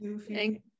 Thank